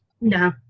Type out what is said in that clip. No